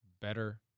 better